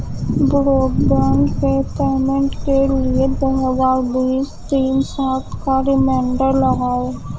broadband کے payment کے لیے دو ہزار بیس تین سات کا ریمائنڈر لگاؤ